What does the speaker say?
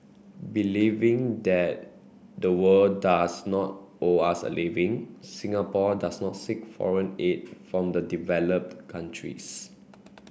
believing that the world does not owe us a living Singapore does not seek foreign aid from the developed countries